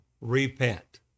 repent